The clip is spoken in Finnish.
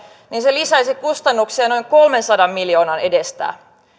lisäisi kustannuksia noin kolmensadan miljoonan edestä